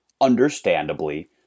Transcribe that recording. understandably